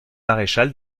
maréchal